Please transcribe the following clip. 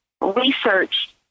research